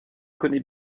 connaît